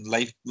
Life